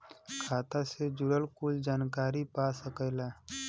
खाता से जुड़ल कुल जानकारी पा सकेला